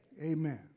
Amen